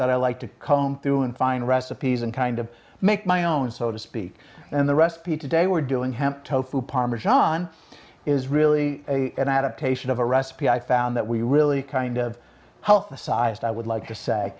that i like to comb through and find recipes and kind of make my own so to speak and the recipe today we're doing hemp tofu parmesan is really an adaptation of a recipe i found that we really kind of the size i would like to say